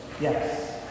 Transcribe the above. Yes